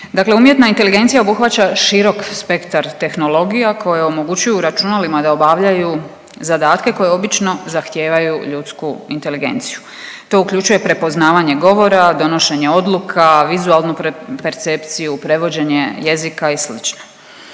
Dakle, umjetna inteligencija obuhvaća širok spektar tehnologija koje omogućuju računalima da obavljaju zadatke koji obično zahtijevaju ljudsku inteligenciju. To uključuje prepoznavanje govora, donošenje odluka, vizualnu percepciju, prevođenje jezika i